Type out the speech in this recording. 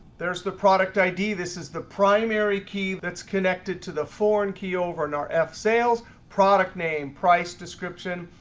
there's the product id. this is the primary key that's connected to the foreign key over in our f sales, product name, price description,